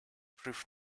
proof